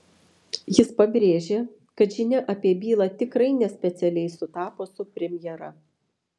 jis pabrėžė kad žinia apie bylą tikrai ne specialiai sutapo su premjera